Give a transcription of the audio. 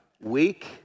week